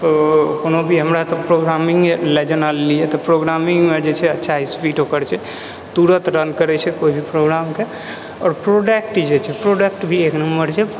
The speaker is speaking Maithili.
कोनो भी हमरासब प्रोग्रामिंगे लए जेना लेलियै तऽ प्रोग्रामिंगमे जे छै अच्छा स्पीड ओकर छै तुरत रन करै छै कोइ भी प्रोग्रामके आओर प्रोडक्ट जे छै प्रोडक्ट भी एक नम्बर छै